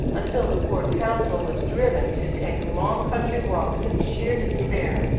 until the poor consul was driven to take long country walks in sheer despair,